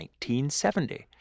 1970